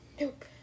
Nope